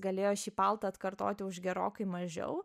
galėjo šį paltą atkartoti už gerokai mažiau